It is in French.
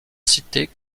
cités